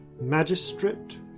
magistrate